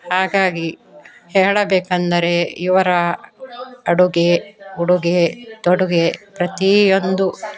ಹಾಗಾಗಿ ಹೇಳಬೇಕೆಂದರೆ ಇವರ ಅಡುಗೆ ಉಡುಗೆ ತೊಡುಗೆ ಪ್ರತಿಯೊಂದು